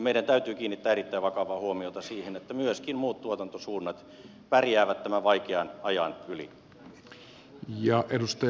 meidän täytyy kiinnittää erittäin vakavaa huomiota siihen että myöskin muut tuotantosuunnat pärjäävät tämän vaikean ajan yli